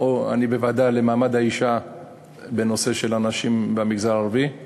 אני בוועדה למעמד האישה בנושא של הנשים במגזר הערבי,